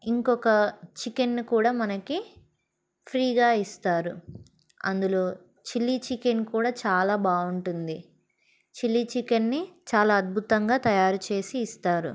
ఇంకొక చికెన్ని కూడా మనకి ఫ్రీగా ఇస్తారు అందులో చిల్లీ చికెన్ కూడా చాలా బాగుంటుంది చిల్లీ చికెన్ని చాలా అద్భుతంగా తయారు చేసి ఇస్తారు